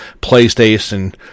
PlayStation